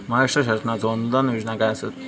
महाराष्ट्र शासनाचो अनुदान योजना काय आसत?